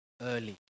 early